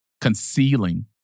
concealing